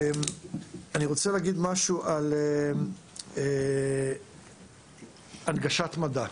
אני רוצה להגיד משהו על נראות והנגשת מדע.